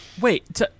Wait